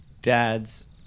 dad's